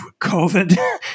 COVID